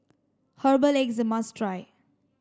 herbal egg is a must try